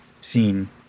scene